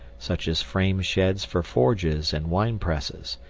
such as frame sheds for forges and wine presses,